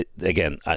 Again